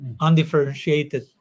undifferentiated